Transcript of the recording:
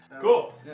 Cool